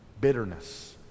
bitterness